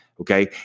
Okay